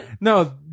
No